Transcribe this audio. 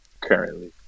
currently